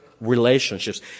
relationships